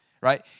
right